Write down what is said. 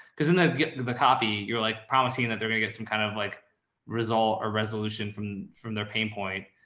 because then they'll get the the copy. you're like promising that they're going to get some kind of like result or resolution from, from their pain point.